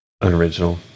unoriginal